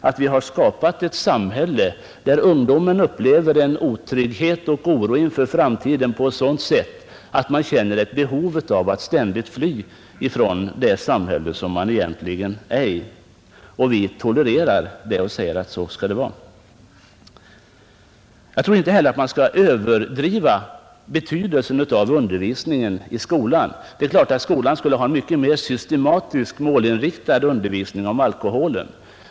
Vi har alltså skapat ett samhälle där ungdomen upplever en sådan otrygghet och oro inför framtiden att man känner ett behov av att ständigt fly från det samhälle man befinner sig i och vilket vi tycks tolerera. Jag tror inte att man skall överdriva betydelsen av undervisning i skolan. Det är klart att skolan borde ha en mycket mer systematisk och målinriktad undervisning om alkoholen.